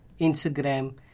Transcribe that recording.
Instagram